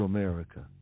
America